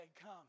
come